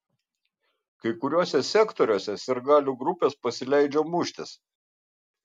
kai kuriuose sektoriuose sirgalių grupės pasileidžia muštis